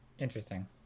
Interesting